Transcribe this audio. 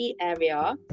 area